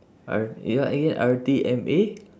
R eh what again R_T_M_A